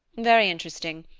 very interesting.